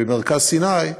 במרכז סיני,